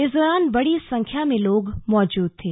इस दौरान बड़ी संख्या में लोग मौजूद थे